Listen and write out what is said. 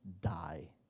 die